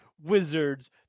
wizards